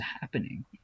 happening